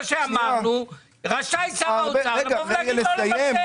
שאמרנו רשאי שר האוצר לבוא ולהגיד לא לבצע.